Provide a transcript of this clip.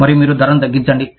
మరియు మీరు ధరను తగ్గించండి